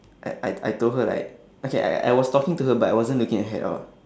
I I I told her like okay I I was talking to her but I wasn't looking at her at all